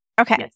Okay